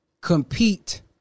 compete